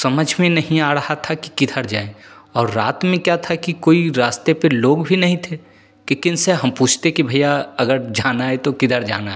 समझ में नहीं आ रहा था कि किधर जाएँ और रात में क्या था कि कोई रास्ते पर लोग भी नहीं थे कि किनसे हम पूछते कि भइया अगर जाना है तो किधर जाना है